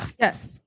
yes